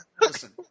listen